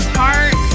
heart